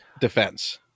defense